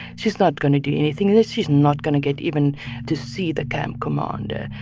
she's not going to do anything, and she's not going to get even to see the camp commander.